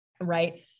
right